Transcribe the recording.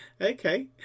okay